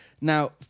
Now